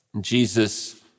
Jesus